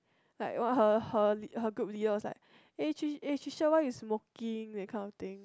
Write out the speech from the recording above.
like what her her group leader's was like eh Tricia why you smoking that kind of thing